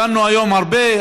דנו היום הרבה,